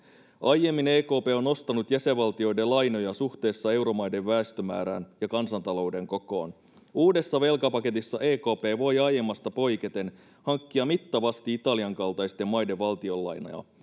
aiemmin ekp on nostanut jäsenvaltioiden lainoja suhteessa euromaiden väestömäärään ja kansantalouden kokoon uudessa velkapaketissa ekp voi aiemmasta poiketen hankkia mittavasti italian kaltaisten maiden valtionlainoja